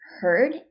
heard